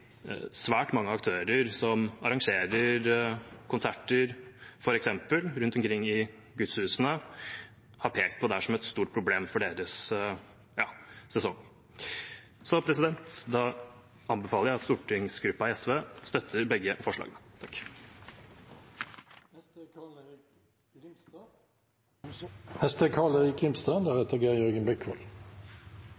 svært mange aktører som arrangerer f.eks. konserter rundt omkring i gudshusene, har pekt på dette som et stort problem for deres sesong. Så da anbefaler jeg at stortingsgruppa til SV støtter begge forslagene.